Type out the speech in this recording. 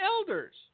elders